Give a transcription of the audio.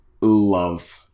love